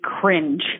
cringe